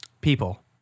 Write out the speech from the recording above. People